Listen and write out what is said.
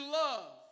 love